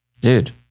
dude